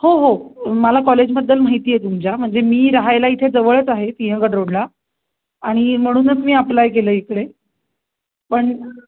हो हो मला कॉलेजबद्दल माहिती आहे तुमच्या म्हणजे मी राहायला इथे जवळच आहे सिंहगड रोडला आणि म्हणूनच मी अप्लाय केलं इकडे पण